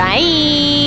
Bye